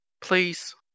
Please